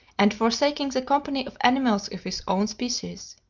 and forsaking the company of animals of his own species.